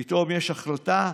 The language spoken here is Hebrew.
פתאום יש החלטה,